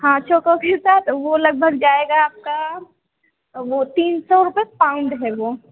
हाँ चोको की सर वो लगभग जाएगा आपका वो तीन सौ रुपये पाउंड है वो